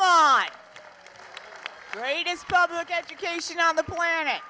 my greatest public education on the planet